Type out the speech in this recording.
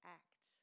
act